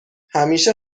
همیشه